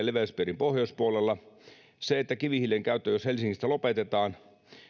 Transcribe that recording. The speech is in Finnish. leveyspiirin pohjoispuolella vaikka kivihiilen käyttö helsingistä lopetettaisiin